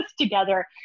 together